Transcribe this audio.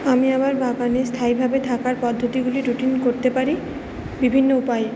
আমি আমার বাগানে স্থায়ীভাবে থাকার পদ্ধতিগুলি রুটিন করতে পারি বিভিন্ন উপায়ে